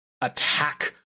attack